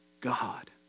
God